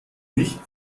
nicht